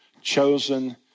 chosen